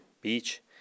Beach